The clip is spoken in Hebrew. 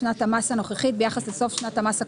שנת המס הנוכחית ביחס לסוף שנת המס הקודמת".